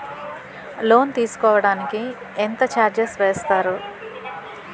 Loan తీసుకోడానికి ఎంత charges వేస్తారు?